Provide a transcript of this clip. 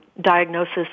diagnosis